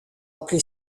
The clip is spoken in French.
appelé